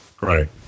Right